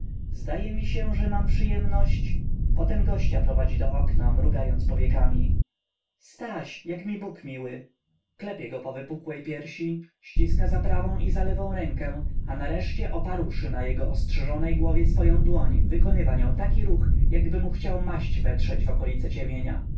zdaje mi się że mam przyjemność potem gościa prowadzi do okna mrugając powiekami staś jak mi bóg miły klepie go po wypukłej piersi ściska za prawą i za lewą rękę a nareszcie oparłszy na jego ostrzyżonej głowie swoję dłoń wykonywa nią taki ruch jakby mu chciał maść wetrzeć w okolicę ciemienia cha